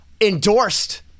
endorsed